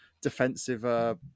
defensive